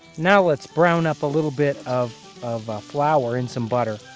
now let's brown up a little bit of of flour in some butter.